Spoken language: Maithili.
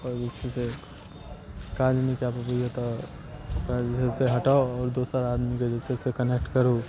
आओर जे छै से काज नहि कऽ पबैया तऽ ओकरा जे छै से हटाउ आओर दोसर आदमीके जे छै से कनेक्ट करू